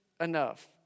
enough